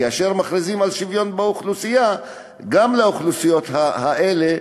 כאשר מכריזים על שוויון באוכלוסייה גם לאוכלוסיות האלה,